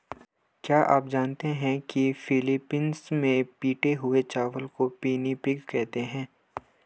क्या आप जानते हैं कि फिलीपींस में पिटे हुए चावल को पिनिपिग कहते हैं